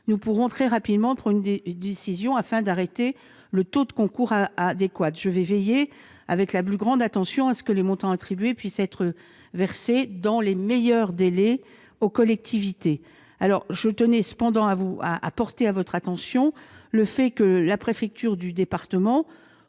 nous pourrons très rapidement prendre une décision afin d'arrêter le taux de concours adéquat. Je veillerai avec la plus grande attention à ce que les montants attribués puissent être versés aux collectivités concernées dans les meilleurs délais. Enfin, je tenais à porter à votre attention le fait que la préfecture du département,